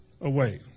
away